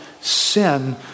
Sin